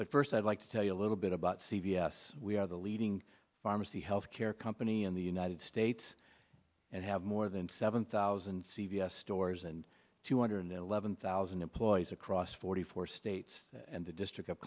but first i'd like to tell you a little bit about c v s we are the leading pharmacy healthcare company in the united states and have more than seven thousand c v s stores and two hundred eleven thousand employees across forty four states and the district